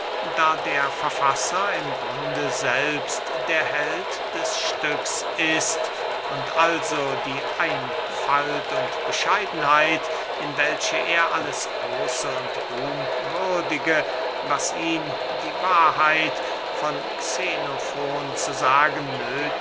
da der verfasser im grunde selbst der held des stücks ist und also die einfalt und bescheidenheit in welche er alles große und ruhmwürdige was ihn die wahrheit von xenofon zu sagen